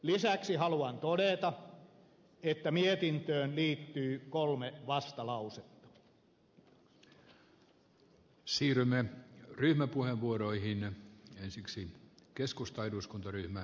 lisäksi haluan todeta että mietintöön liittyy kolme vastalausetta